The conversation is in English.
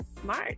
smart